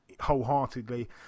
wholeheartedly